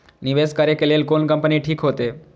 निवेश करे के लेल कोन कंपनी ठीक होते?